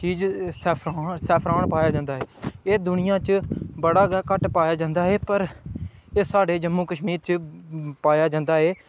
की जे सैफरॉन पाया जंदा ऐ एह् दुनियां च बड़ा गै घट्ट पाया जंदा ऐ पर अह् साढ़े जम्मू कश्मीर च पाया जंदा ऐ